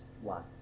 one